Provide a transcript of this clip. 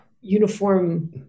uniform